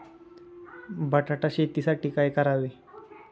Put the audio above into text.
बटाटा शेतीसाठी काय करावे?